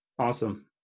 awesome